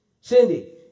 Cindy